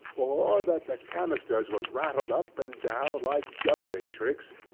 or that the canisters were rattled up and down like juggling tricks,